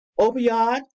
Opioid